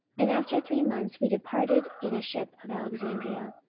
and after three months we departed in a ship of alexandria,